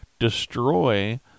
destroy